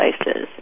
places